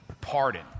pardon